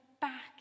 back